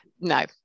No